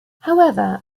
however